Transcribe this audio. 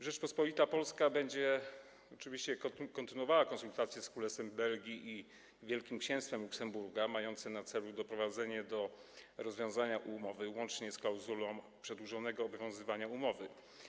Rzeczpospolita Polska będzie oczywiście kontynuowała konsultacje z Królestwem Belgii i Wielkim Księstwem Luksemburga mające na celu doprowadzenie do rozwiązania umowy, łącznie z klauzulą przedłużonego obowiązywania umowy.